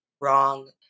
wrong